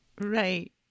Right